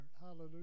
Hallelujah